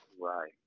Right